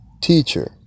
Teacher